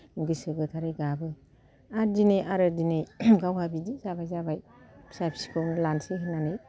गोसो गोथारै गाबो आर दिनै आरो दिनै गावहा बिदि जाबाय जाबाय फिसा फिसौखौ लानोसै होननानै